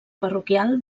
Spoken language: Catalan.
parroquial